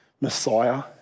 Messiah